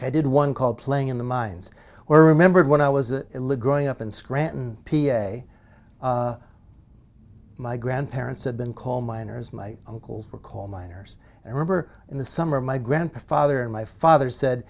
i did one called playing in the mines or remembered when i was a growing up in scranton p a my grandparents had been called miners my uncles were called miners and remember in the summer my grandfather and my father said